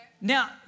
Now